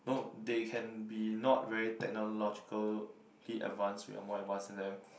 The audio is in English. no they can be not very technologically advance we are more advance than them